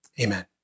Amen